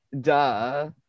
duh